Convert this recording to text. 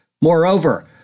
Moreover